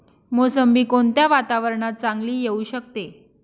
मोसंबी कोणत्या वातावरणात चांगली येऊ शकते?